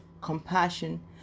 compassion